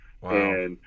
Wow